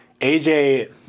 AJ